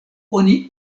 oni